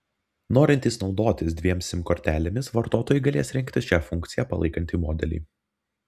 norintys naudotis dviem sim kortelėmis vartotojai galės rinktis šią funkciją palaikantį modelį